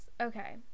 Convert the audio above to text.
Okay